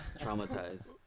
traumatized